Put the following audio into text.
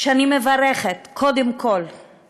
שאני מברכת קודם כול את